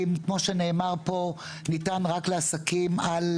לעסקים בשכירות ולא לעסקים שהם...